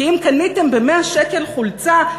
כי אם קניתם ב-100 שקל חולצה,